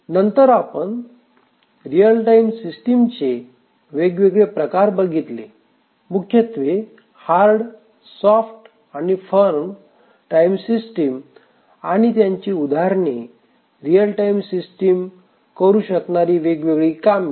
नंतर आपण real time सिस्टीमचे वेगवेगळे प्रकार पाहिले मुख्यत्वे हार्ड सॉफ्ट आणि फर्म रियल टाइम सिस्टीम त्यांची उदाहरणे आणि रिअल टाइम सिस्टीम करू शकणारी वेगवेगळी कामे